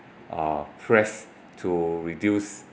uh pressed to reduce